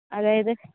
അതായത്